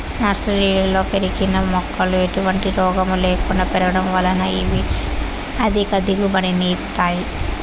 నర్సరీలలో పెరిగిన మొక్కలు ఎటువంటి రోగము లేకుండా పెరగడం వలన ఇవి అధిక దిగుబడిని ఇస్తాయి